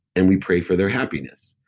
and we pray for their happiness.